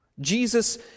Jesus